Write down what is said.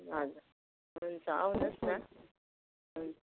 हजुर हुन्छ आउनुहोस् न हुन्छ